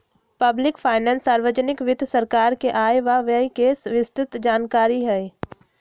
public finance सार्वजनिक वित्त सरकार के आय व व्यय के विस्तृतजानकारी हई